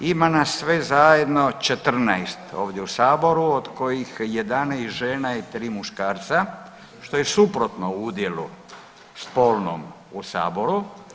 Ima nas sve zajedno 14 ovdje u Saboru, od kojih 11 žena i 3 muškarca što je suprotno udjelu spolnom u Saboru.